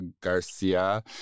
Garcia